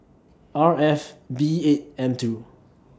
R F B eight M two